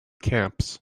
camps